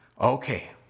Okay